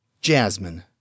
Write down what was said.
Jasmine